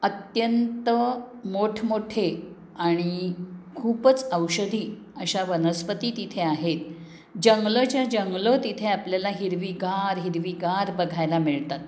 अत्यंत मोठमोठे आणि खूपच औषधी अशा वनस्पती तिथे आहेत जंगलंच्या जंगलं तिथे आपल्याला हिरवीगार हिरवीगार बघायला मिळतात